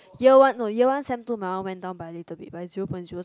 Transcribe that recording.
year one no year one sem two my one went down by a little bit by zero point zero something